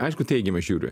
aišku teigiamai žiūriu